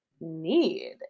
need